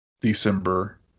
December